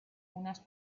unas